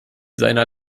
seiner